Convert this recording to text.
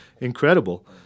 incredible